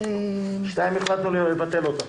החלטנו לבטל אותה.